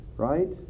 Right